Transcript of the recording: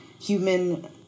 human